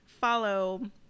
follow